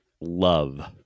love